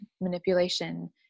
manipulation